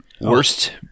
Worst